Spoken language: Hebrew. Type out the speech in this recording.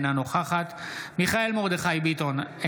אינה נוכחת מיכאל מרדכי ביטון,